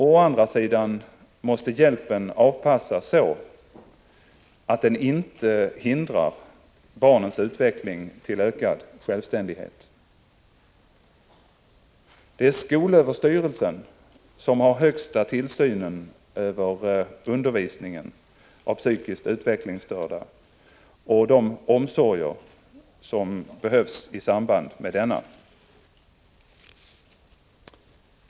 Å andra sidan måste hjälpen avpassas så, att den inte hindrar barnens utveckling till ökad självständighet. Det är skolöverstyrelsen som har högsta tillsynen över undervisningen av psykiskt utvecklingsstörda och de omsorger som behövs i samband med denna.